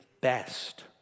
best